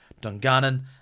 dungannon